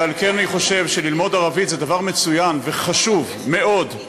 ועל כן אני חושב שללמוד ערבית זה דבר מצוין וחשוב מאוד,